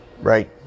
right